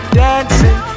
dancing